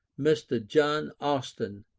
mr. john austin,